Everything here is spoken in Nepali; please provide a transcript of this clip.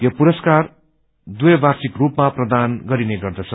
यो पुरस्कार द्वयवार्षिक स्लपमा प्रदान गरिने गर्दछ